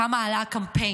כמה עלה הקמפיין,